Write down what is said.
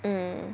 mm